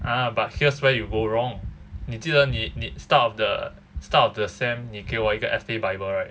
ah but here's where you go wrong 你记得你你 start of the start of the sem 你给我一个 F_A bible right